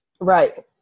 Right